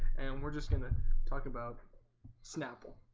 and we're just gonna talk about snapple